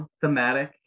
thematic